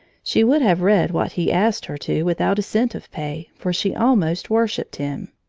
she would have read what he asked her to without a cent of pay, for she almost worshiped him.